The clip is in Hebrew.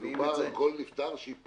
מדובר על כל נפטר שילך